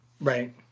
Right